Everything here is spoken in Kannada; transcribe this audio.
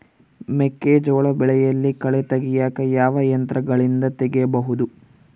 ಮೆಕ್ಕೆಜೋಳ ಬೆಳೆಯಲ್ಲಿ ಕಳೆ ತೆಗಿಯಾಕ ಯಾವ ಯಂತ್ರಗಳಿಂದ ತೆಗಿಬಹುದು?